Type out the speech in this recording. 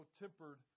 tempered